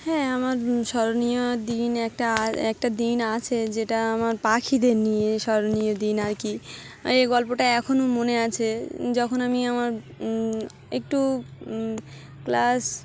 হ্যাঁ আমার স্মরণীয় দিন একটা একটা দিন আছে যেটা আমার পাখিদের নিয়ে স্মরণীয় দিন আর কি এই গল্পটা এখনও মনে আছে যখন আমি আমার একটু ক্লাস